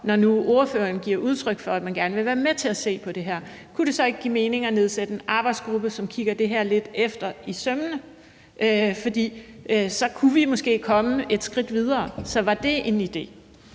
Når nu ordføreren giver udtryk for, at man gerne vil være med til at se på det her, kunne det så ikke give mening at nedsætte en arbejdsgruppe, som kigger det her lidt efter i sømmene, for så kunne vi måske komme et skridt videre? Var det en idé?